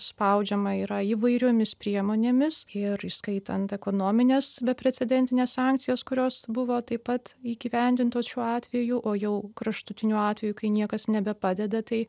spaudžiama yra įvairiomis priemonėmis ir įskaitant ekonomines beprecedentines sankcijas kurios buvo taip pat įgyvendintos šiuo atveju o jau kraštutiniu atveju kai niekas nebepadeda tai